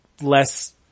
less